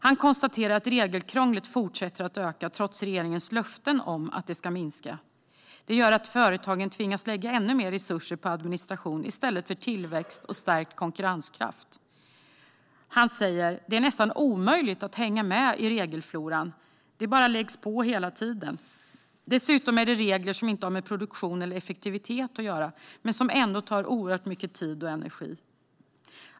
Han konstaterar att regelkrånglet fortsätter att öka trots regeringens löften om att det ska minska. Det gör att företagen tvingas lägga ännu mer resurser på administration i stället för på tillväxt och stärkt konkurrenskraft. Han säger: Det är nästan omöjligt att hänga med i regelfloran. Det bara läggs på hela tiden. Dessutom är det regler som inte har med produktion eller effektivitet att göra men som ändå tar oerhört mycket tid och energi.